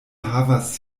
havas